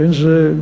ואין זה,